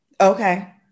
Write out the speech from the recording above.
Okay